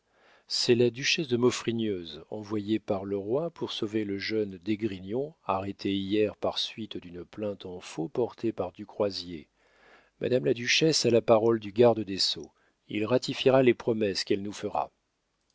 c'est la duchesse de maufrigneuse envoyée par le roi pour sauver le jeune d'esgrignon arrêté hier par suite d'une plainte en faux portée par du croisier madame la duchesse a la parole du garde des sceaux il ratifiera les promesses qu'elle nous fera